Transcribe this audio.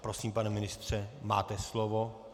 Prosím, pane ministře, máte slovo.